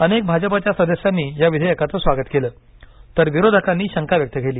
अनेक भाजपच्या सदस्यांनी या विधेयकाचं स्वागत केलं तर विरोधकांनी शंका व्यक्त केली